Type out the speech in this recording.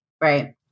right